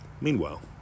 Meanwhile